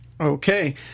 Okay